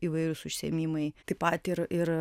įvairūs užsiėmimai taip pat ir ir